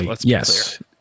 yes